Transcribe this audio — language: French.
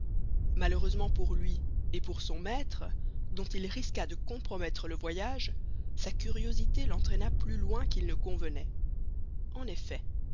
malheureusement pour lui et pour son maître dont il risqua de compromettre le voyage sa curiosité l'entraîna plus loin qu'il ne convenait en effet